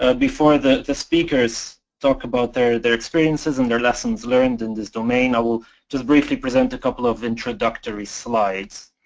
before the the speakers talk about their their experiences and their lessons learned in this domain i will just briefly present a couple of introductory slides.